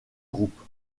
groupes